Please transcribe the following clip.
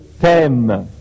t'aime